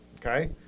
okay